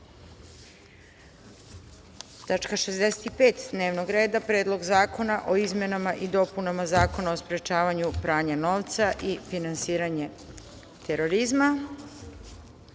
na glasanje Predlog zakona o izmenama i dopunama Zakona o sprečavanju pranja novca i finansiranja terorizma.